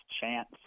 chance